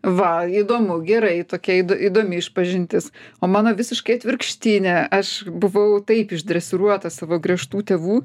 va įdomu gerai tokia įdomi išpažintis o mano visiškai atvirkštinė aš buvau taip išdresiruota savo griežtų tėvų